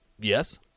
Yes